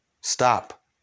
Stop